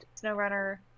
SnowRunner